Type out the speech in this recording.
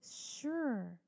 sure